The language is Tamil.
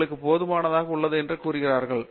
எங்களுக்கு போதுமானதாக உள்ளது என்று கூறுகிறார்கள்